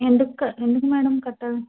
ఎందుకు క ఎందుకు మ్యాడం కట్టాలి